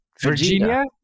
Virginia